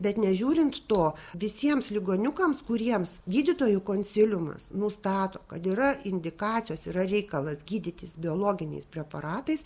bet nežiūrint to visiems ligoniukams kuriems gydytojų konsiliumas nustato kad yra indikacijos yra reikalas gydytis biologiniais preparatais